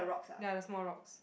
ya the small rocks